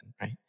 right